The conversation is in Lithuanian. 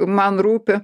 man rūpi